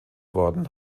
worden